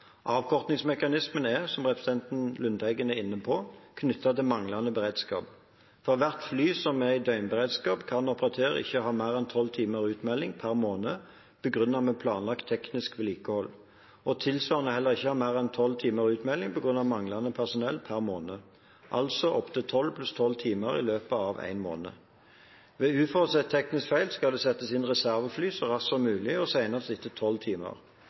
er – som representanten Lundteigen er inne på – knyttet til manglende beredskap. For hvert fly som er i døgnberedskap, kan operatøren ikke ha mer enn tolv timer utmelding per måned begrunnet med planlagt teknisk vedlikehold, og tilsvarende heller ikke ha mer enn tolv timer utmelding på grunn av manglende personell per måned – altså opptil tolv pluss tolv timer i løpet av én måned. Ved uforutsette tekniske feil skal det settes inn reservefly så raskt som mulig og senest etter tolv timer.